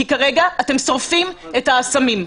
כי כרגע אתם שורפים את אסמים.